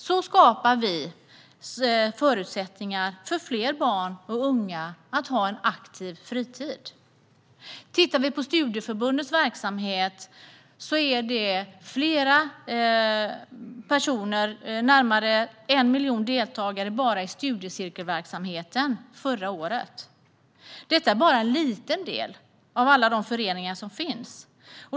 Så skapar vi förutsättningar för fler barn och unga att ha en aktiv fritid. Vi kan titta på studieförbundens verksamhet. Det var närmare 1 miljon deltagare bara i studiecirkelverksamheten förra året. Detta är bara en liten del av alla de föreningar som finns.